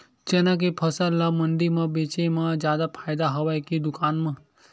चना के फसल ल मंडी म बेचे म जादा फ़ायदा हवय के दुकान म?